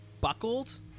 buckled